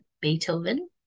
Beethoven